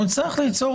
זו